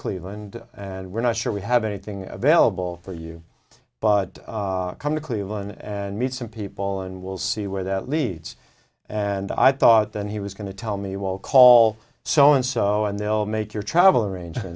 cleveland and we're not sure we have anything available for you but come to cleveland and meet some people and we'll see where that leads and i thought then he was going to tell me well call so and so and they'll make your travel arrangement